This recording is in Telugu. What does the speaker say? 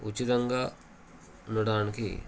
ఉచితంగా ఉండడానికి